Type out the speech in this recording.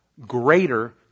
greater